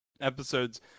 episodes